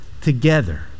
together